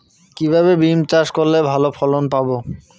কিভাবে বিম চাষ করলে ভালো ফলন পাব?